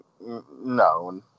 No